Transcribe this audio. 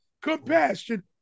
compassion